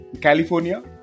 California